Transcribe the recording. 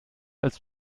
als